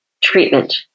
treatment